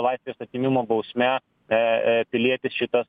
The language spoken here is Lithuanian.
laisvės atėmimo bausme e e pilietis šitas